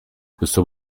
questo